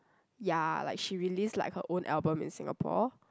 ya like she released like her own album in Singapore